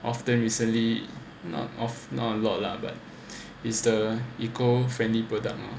often recently not of not a lot lah but is the eco friendly product